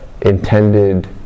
intended